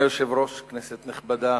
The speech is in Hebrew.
אדוני היושב-ראש, כנסת נכבדה,